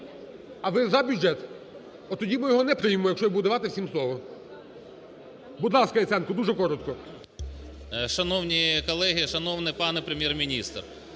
а ви за бюджет? Отоді ми його не приймемо, якщо я буду давати всім слово. Будь ласка, Яценко, дуже коротко. 17:14:22 ЯЦЕНКО А.В. Шановні колеги! Шановний пане Прем'єр-міністр!